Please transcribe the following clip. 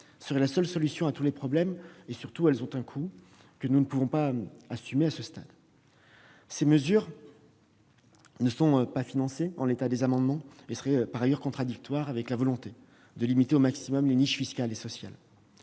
serait la seule solution à tous les problèmes. Surtout, elles ont un coût que nous ne pouvons pas assumer à ce stade. Ces mesures ne sont en effet pas financées et sont par ailleurs contradictoires avec la volonté de limiter au maximum les niches fiscales et sociales.